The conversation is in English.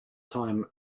time